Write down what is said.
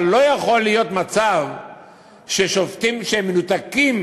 אבל לא יכול להיות מצב של שופטים שהם מנותקים